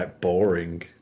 boring